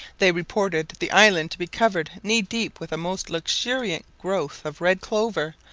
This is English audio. they reported the island to be covered knee-deep with a most luxuriant growth of red clover,